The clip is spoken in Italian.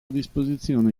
disposizione